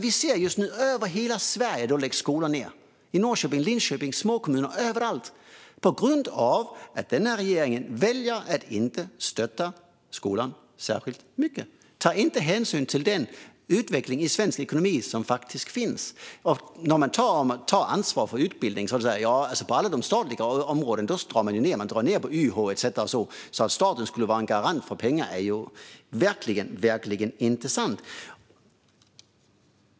Vi ser just nu över hela Sverige hur skolor läggs ned - i Norrköping, i Linköping, i småkommuner, överallt - på grund av att den här regeringen väljer att inte stötta skolan särskilt mycket. Man tar inte hänsyn till den utveckling i svensk ekonomi som faktiskt pågår. Man talar om att ta ansvar för utbildning, men på alla statliga områden drar man ned; man drar ned på YH etcetera. Så att staten skulle vara en garant för pengar är verkligen inte sant.